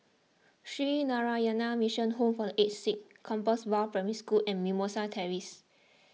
Sree Narayana Mission Home for the Aged Sick Compassvale Primary School and Mimosa Terrace